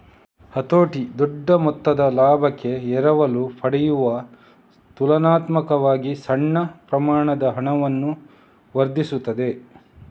ಹತೋಟಿ ದೊಡ್ಡ ಮೊತ್ತದ ಲಾಭಕ್ಕೆ ಎರವಲು ಪಡೆಯುವ ತುಲನಾತ್ಮಕವಾಗಿ ಸಣ್ಣ ಪ್ರಮಾಣದ ಹಣವನ್ನು ವರ್ಧಿಸುತ್ತದೆ